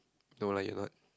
no lah you're not